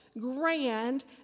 grand